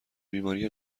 بیماری